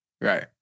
Right